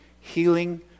healing